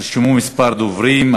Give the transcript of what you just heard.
נרשמו מספר דוברים.